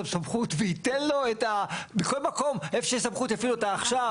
את הסמכות וייתן לו בכל מקום איפה שיש סמכות יפעיל אותה עכשיו,